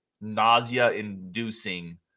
nausea-inducing